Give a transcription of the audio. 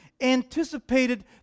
Anticipated